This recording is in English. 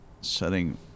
setting